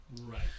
right